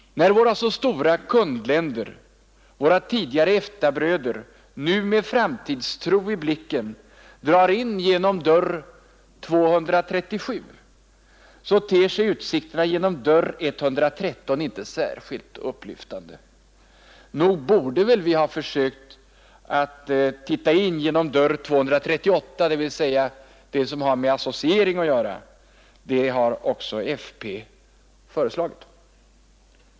När våra så stora kundländer, våra tidigare EFTA-bröder, nu med framtidstro i blicken drar in genom dörr 237 ter sig utsikten genom dörr 113 inte särskilt upplyftande. Nog borde vi väl ha försökt att titta in genom dörr 238, dvs. den som har med associering att göra? Det har också folkpartiet föreslagit.